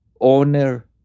owner